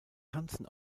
tanzen